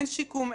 אין שיקום,